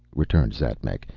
returned xatmec,